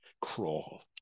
crawl